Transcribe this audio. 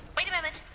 wait a moment!